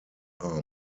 are